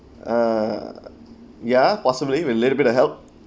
uh ya possibly with little bit of help